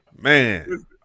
Man